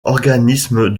organismes